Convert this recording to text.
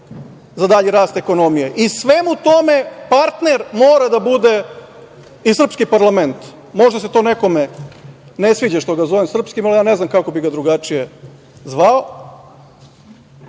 za dalji rast ekonomije. Svemu tome partner mora da bude i srpski parlament. Možda se to nekome ne sviđa što ga zovem srpski, ali ja ne znam kako bih ga drugačije